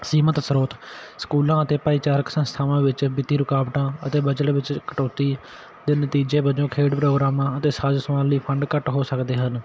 ਸੀਮਿਤ ਸਰੋਤ ਸਕੂਲਾਂ ਅਤੇ ਭਾਈਚਾਰਕ ਸੰਸਥਾਵਾਂ ਵਿੱਚ ਵਿੱਤੀ ਰੁਕਾਵਟਾਂ ਅਤੇ ਬਜਟ ਵਿੱਚ ਕਟੌਤੀ ਦੇ ਨਤੀਜੇ ਵਜੋਂ ਖੇਡ ਪ੍ਰੋਗਰਾਮਾਂ ਅਤੇ ਸਾਜੋ ਸਮਾਨ ਲਈ ਫੰਡ ਘੱਟ ਹੋ ਸਕਦੇ ਹਨ